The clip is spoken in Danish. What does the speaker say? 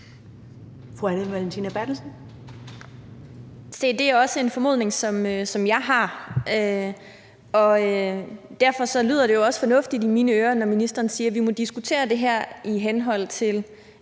det er også en formodning, jeg har. Derfor lyder det også fornuftigt i mine ører, når ministeren siger, at vi må diskutere det her i henhold til